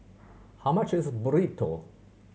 how much is Burrito